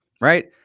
Right